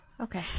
Okay